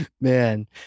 man